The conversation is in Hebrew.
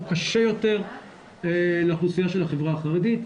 הוא קשה יותר באוכלוסייה של החברה החרדית.